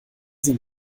sie